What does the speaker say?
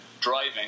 driving